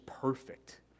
perfect